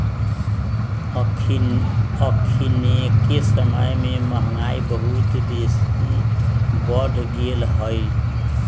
अखनिके समय में महंगाई बहुत बेशी बढ़ गेल हइ